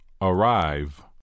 Arrive